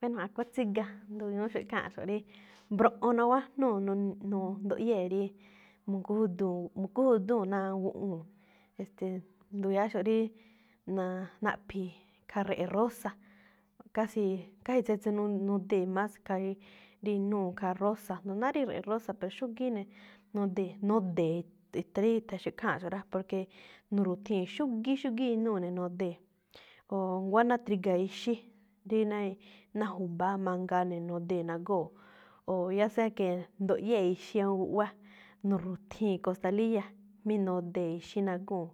Bueno, akuán tsíga, ndu̱ñu̱úxo̱ꞌ ikháanꞌxo̱ꞌ rí mbroꞌon naguájnúu̱, nu- nduyée̱ rí mugójudúu̱n, mugójudúu̱n ná awúun guꞌwúu̱n. E̱ste̱e̱, ndu̱ya̱áxo̱ rí naa- naꞌphi̱i̱ khaa re̱ꞌe̱ rosa. Casi, casi tsetse nu- nudee̱ más khaa rí inúu khaa rosa, jndo náá rí re̱ꞌe̱ rosa, per xúgíí ne̱ nodee̱, node̱e̱ itha̱n rí i̱tha̱nxo̱ꞌ ikháanꞌxo̱ꞌ rá, porque nu̱ru̱thii̱n xúgíí, xúgíí inúu̱ ne̱ nodee̱. Oo nguá ná triga̱ ixí, rí na- náa ju̱ba̱áꞌ mangaa ne̱ nodee̱ nagóo̱, o ya sea que, nduꞌyée ixí awúun guꞌwá, nu̱ru̱thii̱n kostalíya̱, mí nodee̱ ixí nagóo̱.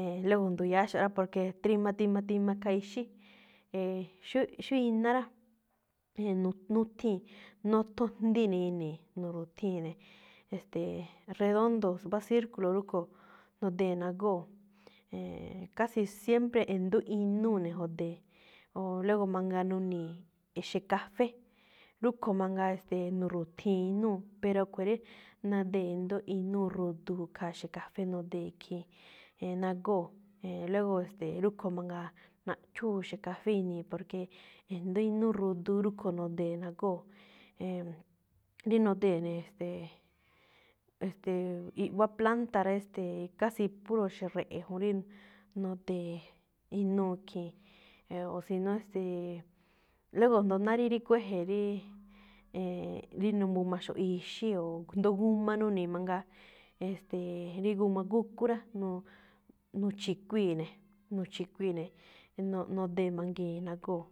E̱e̱n, luego ndu̱ya̱áxo̱ rá, porque tima, tima, tima khaa ixí. E̱e̱, xóo iná rá, e̱e̱n nuthii̱n, nothon jndi ne̱ ini̱i̱, nu̱ru̱thii̱n ne̱. E̱ste̱e̱, redondo, mbá círculo rúꞌkho̱ nudee̱ nagóo̱. Casi siempre e̱ndo̱ó inúu ne̱ jodee̱. O luego mangaa nuni̱i̱ exe̱ kafé, rúꞌkho̱ mangaa, e̱ste̱e̱ nu̱ru̱thii̱n inúu̱, pero khue̱n rí nodee̱ i̱ndo̱ó inúu ruduu khaa xe̱ kafé nudee̱ khii̱n, nagóo̱. E̱e̱n, luego e̱ste̱e̱ rúꞌkho̱ mangaa, naꞌchúu ixe̱ kafé inii̱, porque e̱ndo̱ó inúu ruduu rúꞌkho̱ nodee̱ nagóo̱, e̱e̱n, rí nodee̱ ne̱. Ste̱e̱, i̱ꞌwá planta rá, casi puro ixe̱ re̱ꞌe̱ juun rí nudee̱ inúu khii̱n. O si no, e̱ste̱e̱, luego jndo náá rí kuéje̱ rí n b axo̱ꞌ ixí, o jndo g a nuni̱i̱ mangaa. E̱ste̱e̱, rí g a gúkú rá, nu̱-nu̱chi̱kuii̱ ne̱, nu̱chikuii̱ ne̱, nodee̱ mangii̱n nagóo̱.